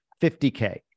50K